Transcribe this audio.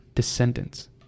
Descendants